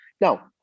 Now